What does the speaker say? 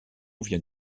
vient